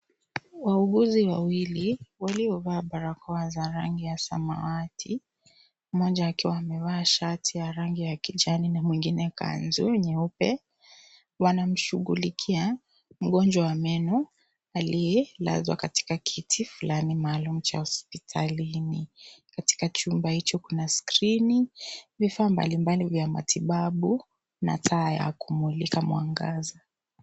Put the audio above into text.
Wauguzi wawili, waliovaa barakoa za rangi ya samawati, mmoja akiwa amevaa shati ya rangi ya kijani na mwingine kanzu nyeupe, wanamshughulikia mgonjwa wa meno, aliyelazwa katika kiti fulani maalum cha hospitalini. Katika chumba hicho kuna skrini, vifaa mbalimbali vya matibabu na taa ya kumulika mwangaza.